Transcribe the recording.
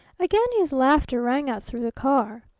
again his laughter rang out through the car.